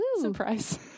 Surprise